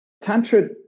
tantra